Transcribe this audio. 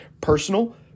Personal